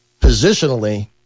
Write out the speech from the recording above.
positionally